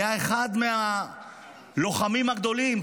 היה אחד מהלוחמים הגדולים,